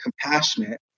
compassionate